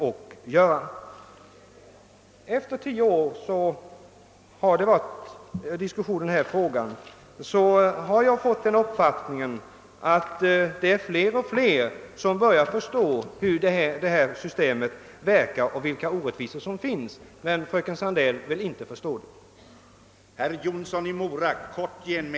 Efter de tio år som diskussionen i denna fråga pågått har jag fått det intrycket, att allt fler börjar förstå hur det rådande systemet verkar och vilka orättvisor det leder till, men fröken Sandell ' vill inte förstå detta.